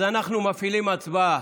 אז אנחנו מפעילים הצבעה.